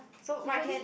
so right hand